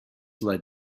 led